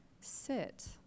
sit